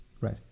Right